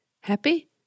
Happy